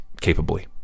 capably